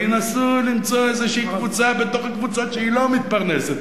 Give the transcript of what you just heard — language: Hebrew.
ינסו למצוא איזו קבוצה בתוך הקבוצות שהיא לא מתפרנסת,